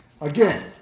Again